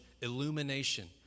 illumination